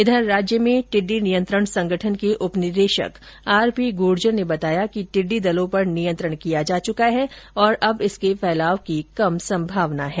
इधर राज्य में टिड़डी नियंत्रण संगठन के उप निदेशक आर पी गुर्जर ने बताया कि टिड्डी दलों पर नियंत्रण किया जा चुका है और अब इसके फैलाव की कम संभावना है